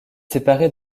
séparée